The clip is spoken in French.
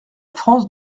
france